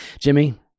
Jimmy